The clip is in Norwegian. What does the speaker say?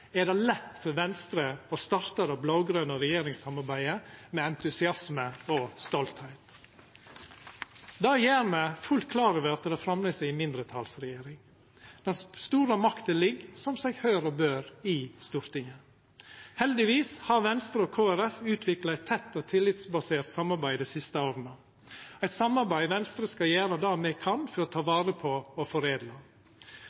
er det lett for Venstre å starta det blå-grøne regjeringssamarbeidet med entusiasme og stoltheit. Det gjer me fullt klar over at det framleis er ei mindretalsregjering. Den store makta ligg – som seg hør og bør – i Stortinget. Heldigvis har Venstre og Kristeleg Folkeparti utvikla eit tett og tillitsbasert samarbeid dei siste åra – eit samarbeid Venstre skal gjera det me kan for å ta